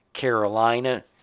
Carolina